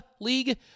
League